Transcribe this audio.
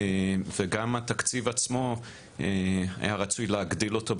וגם התקציב עצמו היה רצוי להגדיל אותו,